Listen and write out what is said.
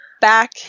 back